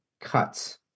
cuts